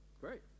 Great